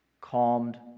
calmed